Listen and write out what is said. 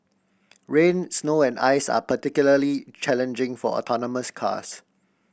rain snow and ice are particularly challenging for autonomous cars